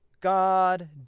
God